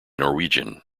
norwegian